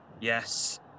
Yes